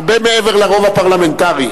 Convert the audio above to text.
הרבה מעבר לרוב הפרלמנטרי.